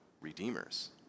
redeemers